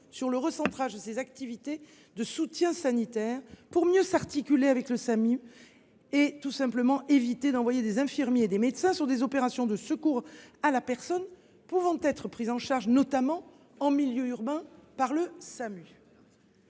sur le recentrage de ses activités de soutien sanitaire pour mieux s’articuler avec le service d’aide médicale urgente (Samu) et tout simplement éviter d’envoyer des infirmiers et des médecins sur des opérations de secours à la personne pouvant être prises en charge, notamment en milieu urbain, par le Samu.